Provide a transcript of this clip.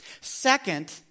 Second